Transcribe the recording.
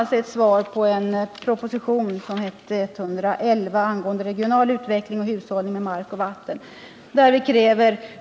Den är ett svar på proposition nr 111 angående regional utveckling och hushållning med mark och vatten, där vi kräver att: ”1.